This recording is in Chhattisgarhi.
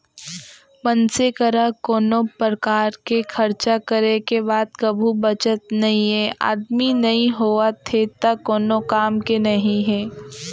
मनसे करा कोनो परकार के खरचा करे के बाद कभू बचत नइये, आमदनी नइ होवत हे त कोन काम के नइ हे